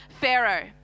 Pharaoh